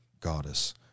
goddess